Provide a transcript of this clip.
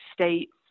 states